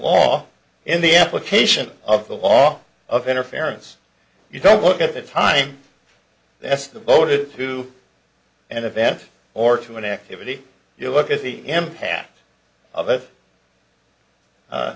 law in the application of the law of interference you don't look at the time that's the voted to an event or to an activity you look at the impact of it